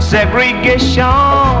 Segregation